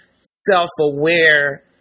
self-aware